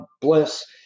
bliss